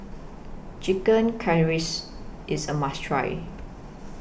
Chicken IS A must Try